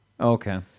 Okay